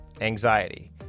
anxiety